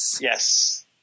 Yes